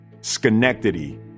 Schenectady